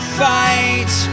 fight